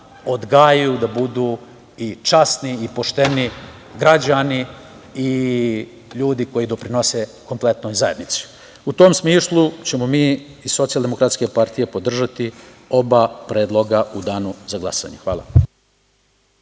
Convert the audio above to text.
odgajaju da budu časni i pošteni građani i ljudi koji doprinose kompletnoj zajednici.U tom smislu ćemo mi iz Socijaldemokratske partije podržati oba predloga u danu za glasanje. Hvala.